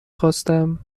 خواستم